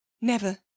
Never